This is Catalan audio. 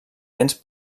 temps